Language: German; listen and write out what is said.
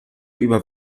über